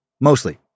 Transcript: mostly